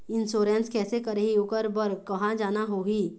Insurance कैसे करही, ओकर बर कहा जाना होही?